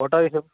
photo ಇದು